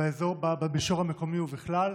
במישור המקומי ובכלל.